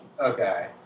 Okay